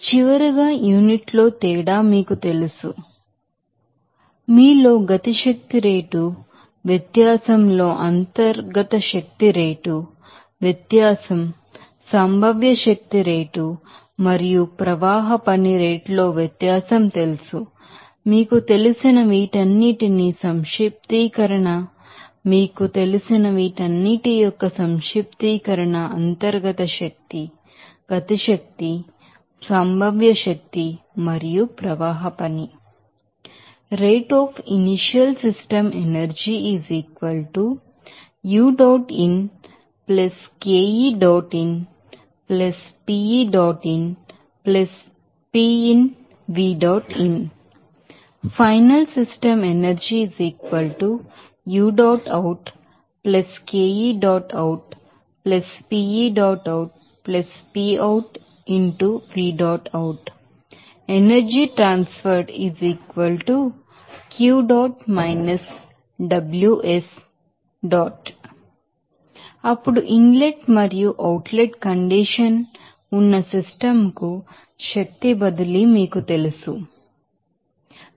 చివరగా యూనిట్ లో తేడా మీకు తెలుసు అని మీరు పొందవచ్చు మీలో కైనెటిక్ ఎనెర్జి రేటు వ్యత్యాసంలో ఇంటర్నల్ ఎనర్జీ రేట్ వ్యత్యాసం పొటెన్షియల్ ఎనెర్జి రేట్ మరియు ఫ్లో వర్క్ రేట్లో వ్యత్యాసం తెలుసు మీకు తెలిసిన వీటన్నిటి సమేషన్ మీకు తెలిసిన వీటన్నిటి యొక్క differences internal energy kinetic energy potential energy మరియు ఫ్లో వర్క్ అప్పుడు ఇన్ లెట్ మరియు అవుట్ లెట్ కండిషన్ ఉన్న సిస్టమ్ కు శక్తి బదిలీ మీకు తెలుసు అని మీకు తెలుసు